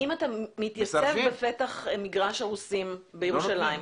אם אתה מתייצב בפתח מגרש הרוסים בירושלים,